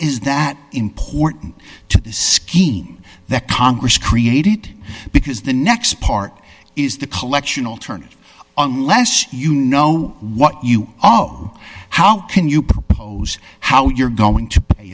is that important to the scheme that congress created because the next part is the collection alternative unless you know what you owe how can you propose how you're going to pay